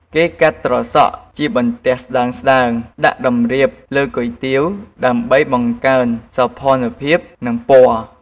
គេកាត់ត្រសក់ជាបន្ទះស្តើងៗ ដាក់តម្រៀបលើគុយទាវ ដើម្បីបង្កើនសោភ័ណភាពនិងពណ៌។